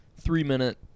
three-minute